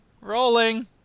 Rolling